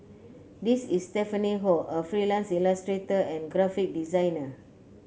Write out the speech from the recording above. this is Stephanie Ho a freelance illustrator and graphic designer